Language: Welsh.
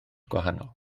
gwahanol